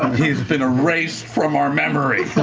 he's been erased from our memory.